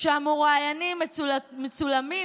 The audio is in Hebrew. כשהמרואיינים מצולמים,